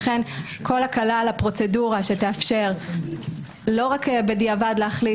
לכן כל הקלה על הפרוצדורה שתאפשר לא רק בדיעבד להחליט